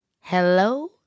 Hello